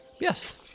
Yes